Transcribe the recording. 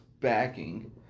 backing